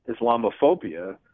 Islamophobia